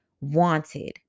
Wanted